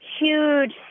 huge